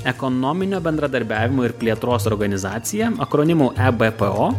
ekonominio bendradarbiavimo ir plėtros organizacija akronimu e b p o